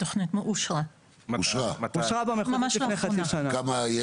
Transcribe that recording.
התוכנית אושרה ממש לאחרונה.